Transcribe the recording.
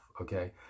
okay